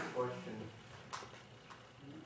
question